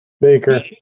baker